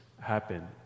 happen